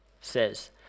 says